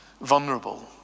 vulnerable